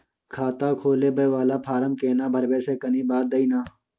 खाता खोलैबय वाला फारम केना भरबै से कनी बात दिय न?